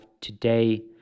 today